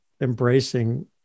embracing